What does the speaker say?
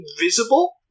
invisible